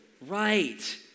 right